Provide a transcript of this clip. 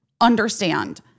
understand